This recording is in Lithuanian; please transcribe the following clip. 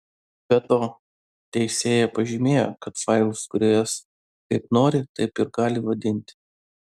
be to teisėja pažymėjo kad failus kūrėjas kaip nori taip ir gali vadinti